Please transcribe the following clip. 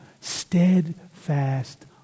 steadfast